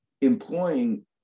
employing